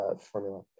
formula